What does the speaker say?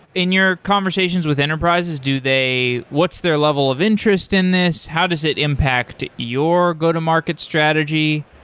in your conversations with enterprises, do they what's their level of interest in this? how does it impact your go-to-market strategy?